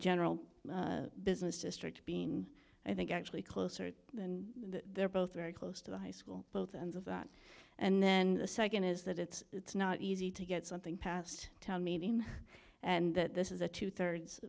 general business district being i think actually closer and they're both very close to the high school both ends of that and then the second is that it's not easy to get something passed a town meeting and that this is a two thirds